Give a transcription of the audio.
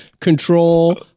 Control